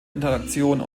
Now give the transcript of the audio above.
interaktion